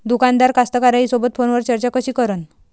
दुकानदार कास्तकाराइसोबत फोनवर चर्चा कशी करन?